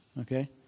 okay